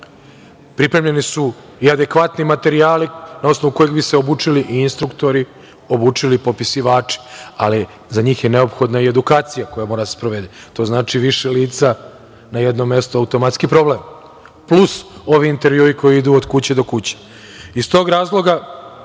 Pripremljeni su adekvatni materijali na osnovu kojih bi se obučili i instruktori, obučili popisivači, ali za njih je neophodna i edukacija koja mora da se sprovede. To znači više lica na jednom mestu, automatski problem, plus ovi intervjui koji idu od kuće do kuće. Iz